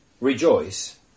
rejoice